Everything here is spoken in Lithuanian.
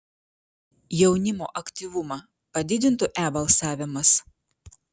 jaunimo aktyvumą padidintų e balsavimas